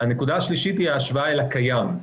הנקודה השלישית היא ההשוואה אל הקיים.